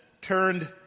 turned